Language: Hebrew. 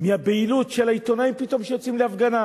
מהבהילות של העיתונאים שפתאום יוצאים להפגנה.